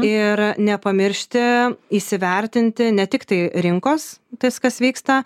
ir nepamiršti įsivertinti ne tik tai rinkos tas kas vyksta